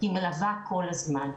היא מלווה כל הזמן.